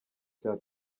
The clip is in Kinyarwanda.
cya